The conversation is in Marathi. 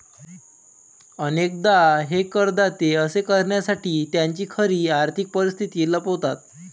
अनेकदा हे करदाते असे करण्यासाठी त्यांची खरी आर्थिक परिस्थिती लपवतात